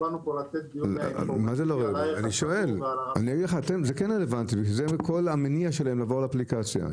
זה כן רלוונטי, כי זה המניע שלהם לעבור לאפליקציה.